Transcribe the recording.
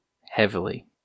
Heavily